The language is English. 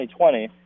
2020